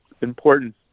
important